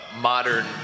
modern